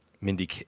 Mindy